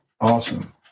Awesome